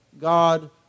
God